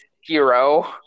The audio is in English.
hero